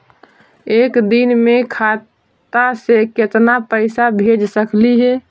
एक दिन में खाता से केतना पैसा भेज सकली हे?